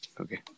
okay